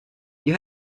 you